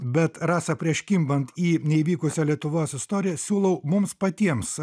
bet rasa prieš kimbant į neįvykusią lietuvos istoriją siūlau mums patiems